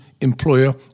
employer